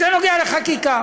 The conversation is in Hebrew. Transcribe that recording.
זה נוגע בחקיקה.